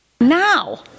Now